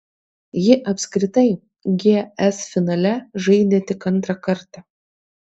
ji apskritai gs finale žaidė tik antrą kartą